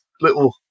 little